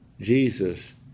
Jesus